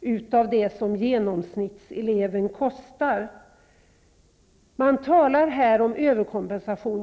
% av vad genomsnittseleven kostar. Man talar här om överkompensation.